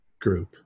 group